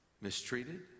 mistreated